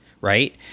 right